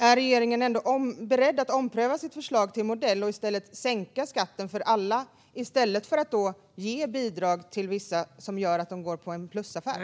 Är regeringen ändå beredd att ompröva sitt förslag till modell och sänka skatten för alla i stället för att ge bidrag till vissa så att de gör en plusaffär?